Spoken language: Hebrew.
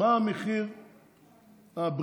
מה המחיר הבריאותי.